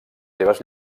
seves